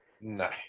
No